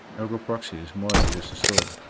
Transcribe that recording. ergo proxy is more than just a story.